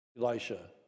Elisha